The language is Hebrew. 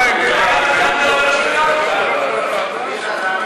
של קבוצת סיעת מרצ לפני סעיף 1 לא נתקבלה.